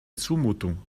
zumutung